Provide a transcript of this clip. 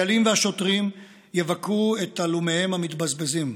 החיילים והשוטרים יבכו את עלומיהם המתבזבזים,